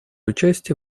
участие